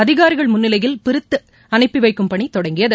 அதிகாரிகள் முன்னிலையில் பிரித்து அனுப்பிலைக்கும் பணி தொடங்கியது